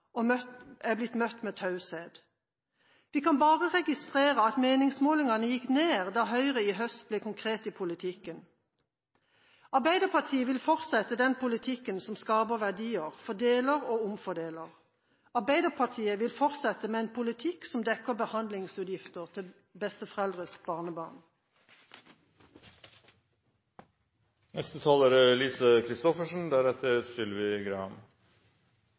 blitt møtt med taushet. Vi kan bare registrere at meningsmålingene gikk ned da Høyre i høst ble konkrete i politikken. Arbeiderpartiet vil fortsette den politikken som skaper verdier, fordeler og omfordeler. Arbeiderpartiet vil fortsette med en politikk som dekker behandlingsutgifter til besteforeldres barnebarn.